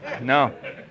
No